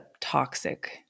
toxic